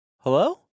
Hello